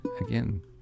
again